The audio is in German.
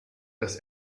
das